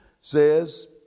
Says